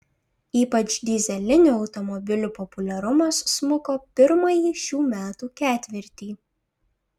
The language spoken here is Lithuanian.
ypač dyzelinių automobilių populiarumas smuko pirmąjį šių metų ketvirtį